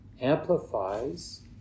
amplifies